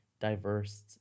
diverse